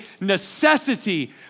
necessity